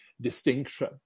distinction